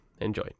Enjoy